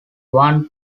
one